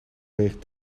weegt